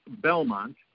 Belmont